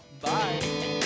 Bye